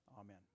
Amen